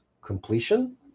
completion